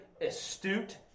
astute